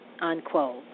unquote